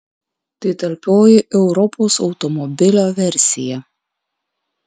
tai talpioji europos automobilio versija